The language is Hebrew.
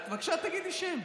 בבקשה, תגידי שם.